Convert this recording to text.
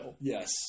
Yes